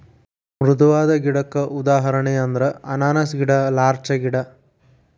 ಮೃದುವಾದ ಗಿಡಕ್ಕ ಉದಾಹರಣೆ ಅಂದ್ರ ಅನಾನಸ್ ಗಿಡಾ ಲಾರ್ಚ ಗಿಡಾ